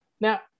Now